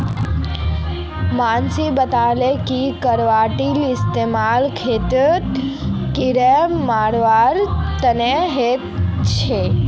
मनीष बताले कि कीटनाशीर इस्तेमाल खेतत कीड़ा मारवार तने ह छे